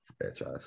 franchise